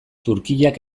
turkiak